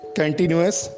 continuous